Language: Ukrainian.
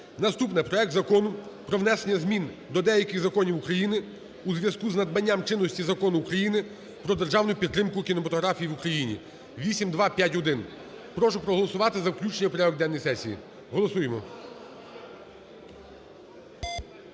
Наступне, проект Закону про внесення змін до деяких законів України у зв'язку з набранням чинності Законом України "Про державну підтримку кінематографії в Україні" (8251). Прошу проголосувати за включення в порядок денний сесії. Голосуємо.